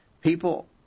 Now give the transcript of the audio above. People